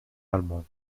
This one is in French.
albums